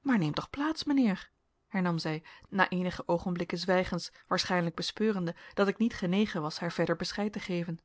maar neem toch plaats mijnheer hernam zij na eenige oogenblikken zwijgens waarschijnlijk bespeurende dat ik niet genegen was haar verder bescheid te geven